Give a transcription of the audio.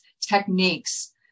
techniques